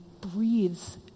breathes